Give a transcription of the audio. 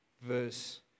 verse